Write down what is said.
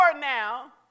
now